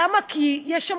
למה זה יותר